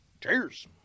Cheers